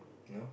you know